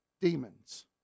Demons